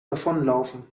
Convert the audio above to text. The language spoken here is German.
davonlaufen